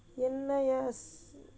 இல்லை:illai yes